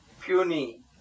puny